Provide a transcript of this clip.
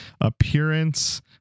appearance